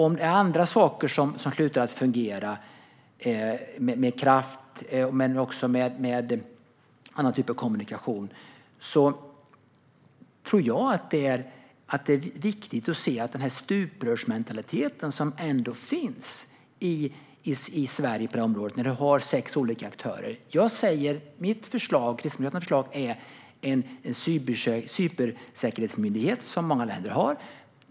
Om andra saker slutar att fungera - till exempel kraft eller någon annan typ av kommunikation - tror jag att det är viktigt att se den stuprörsmentalitet som finns i Sverige på detta område, eftersom vi har sex olika aktörer. Mitt och Kristdemokraternas förslag är en cybersäkerhetsmyndighet, som många andra länder har.